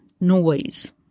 noise